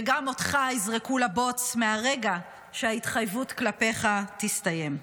וגם אותך יזרקו לבוץ ברגע שההתחייבות כלפיך תסתיים.